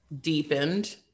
deepened